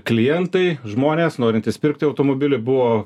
klientai žmonės norintys pirkti automobilį buvo